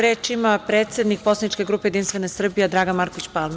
Reč ima predsednik poslaničke grupe Jedinstvena Srbija Dragan Marković Palma.